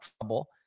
trouble